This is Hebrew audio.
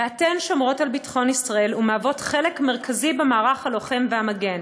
ואתן שומרות על ביטחון ישראל ומהוות חלק מרכזי במערך הלוחם והמגן,